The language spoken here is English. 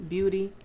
Beauty